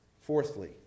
Fourthly